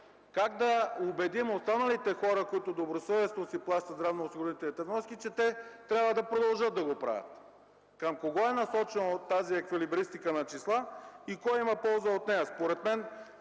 Как да убедим останалите хора, които добросъвестно си плащат здравноосигурителните вноски, че трябва да продължат да го правят?! Към кого е насочена тази еквилибристика на числа и кой има полза от нея?! Според мен